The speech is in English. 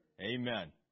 Amen